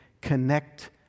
connect